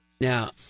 Now